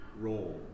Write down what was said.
role